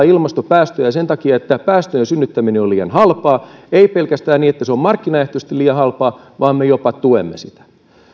ilmastopäästöjä sen takia että päästöjen synnyttäminen on liian halpaa ei pelkästään niin että se on markkinaehtoisesti liian halpaa vaan me jopa tuemme sitä